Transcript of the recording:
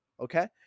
okay